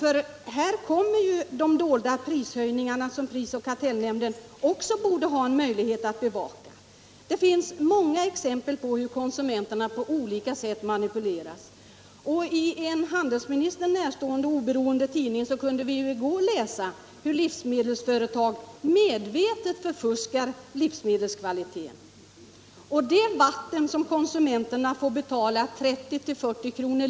Där kommer nämligen de dolda prishöjningar in som prisoch kartellnämnden också borde ha möjlighet att bevaka. Det finns många exempel på hur konsumenterna på olika sätt manipuleras. I en handelsministern närstående oberoende tidning kunde vi i går läsa hur livsmedelsföretag medvetet förfuskar livsmedelkvaliteten. Det vatten som konsumenterna får betala 30-40 kr.